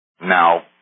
Now